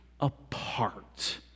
apart